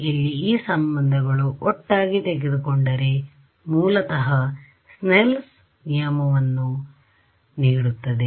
ಇಲ್ಲಿ ಈ ಸಂಬಂಧಗಳು ಒಟ್ಟಾಗಿ ತೆಗೆದುಕೊಂಡರೆ ಮೂಲತಃ ಸ್ನೆಲ್ ನಿಯಮವನ್ನುSnell's law ನೀಡುತ್ತದೆ